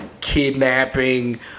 kidnapping